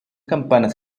campanas